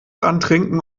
antrinken